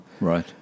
Right